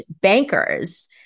bankers